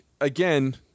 again